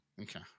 okay